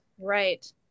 Right